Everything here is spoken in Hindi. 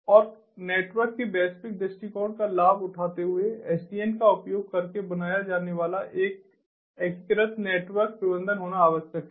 और नेटवर्क के वैश्विक दृष्टिकोण का लाभ उठाते हुए SDN का उपयोग करके बनाया जाने वाला एक एकीकृत नेटवर्क प्रबंधन होना आवश्यक है